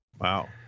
Wow